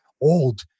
old